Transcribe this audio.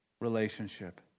relationship